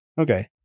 Okay